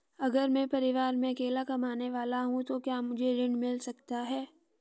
अगर मैं परिवार में अकेला कमाने वाला हूँ तो क्या मुझे ऋण मिल सकता है?